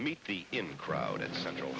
meet the in crowd in central